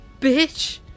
Bitch